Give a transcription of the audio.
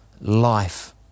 life